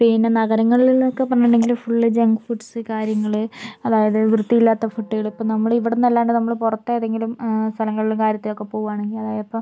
പിന്നെ നഗരങ്ങളിലെന്നൊക്കെ പറഞ്ഞിട്ടുണ്ടെങ്കില് ഫുള്ള് ജങ്ക് ഫുഡ്സ് കാര്യങ്ങള് അതായത് വൃത്തിയില്ലാത്ത ഫുഡുകള് ഇപ്പം നമ്മള് ഇവിടെന്നല്ലാണ്ട് നമ്മള് പുറത്തേതെങ്കിലും സ്ഥലങ്ങളിലും കാര്യത്തിനൊക്കെ പോകുവാണെങ്കിൽ അതായതിപ്പോൾ